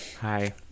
Hi